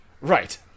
Right